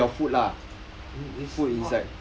err